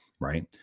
Right